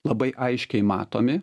labai aiškiai matomi